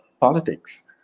politics